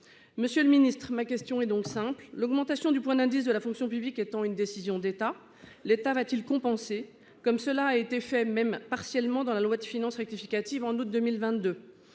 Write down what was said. Monsieur le ministre, ma question est donc simple, l'augmentation du point d'indice de la fonction publique étant une décision d'État, l'état va-t-il compenser comme cela a été fait, même partiellement dans la loi de finances rectificative en août 2022.